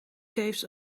caves